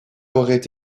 aurait